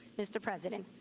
mr. president,